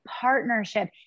partnership